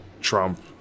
Trump